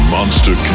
Monster